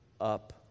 up